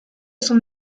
son